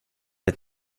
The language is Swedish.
ett